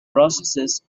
processes